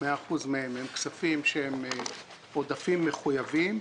מאה אחוז מהם הם כספים שהם עודפים מחויבים,